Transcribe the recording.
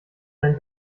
dein